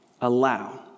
allow